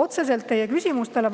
otseselt teie küsimustele.